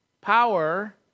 Power